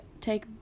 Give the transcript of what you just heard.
take